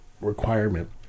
requirement